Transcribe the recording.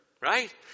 right